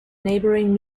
neighbouring